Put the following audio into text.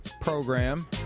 program